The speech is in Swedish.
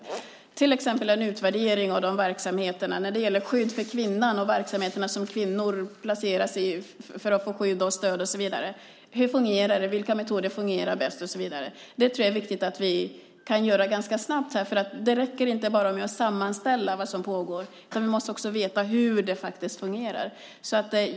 Det är till exempel en utvärdering av verksamheterna när det gäller skydd för kvinnan och de verksamheter som kvinnor placeras i för att få skydd och stöd och så vidare. Hur fungerar det? Vilka metoder fungerar bäst? Jag tror att det är viktigt att vi kan göra det ganska snabbt. Det räcker inte bara med att sammanställa vad som pågår, utan vi måste också veta hur det faktiskt fungerar.